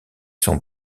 sont